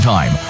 Time